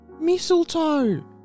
Mistletoe